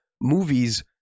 movies